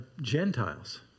Gentiles